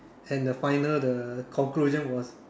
and the final the conclusion was